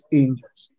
angels